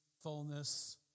fullness